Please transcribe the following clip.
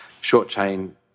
short-chain